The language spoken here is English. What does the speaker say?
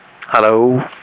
Hello